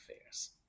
affairs